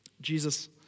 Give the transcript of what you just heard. Jesus